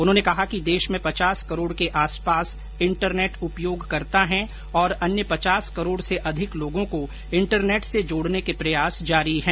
उन्होंने कहा कि देश में पचास करोड़ के आसपास इंटरनेट उपयोगकर्ता हैं और अन्य पचास करोड़ से अधिक लोगों को इंटरनेट से जोड़ने के प्रयास जारी हैं